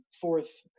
fourth